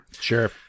Sure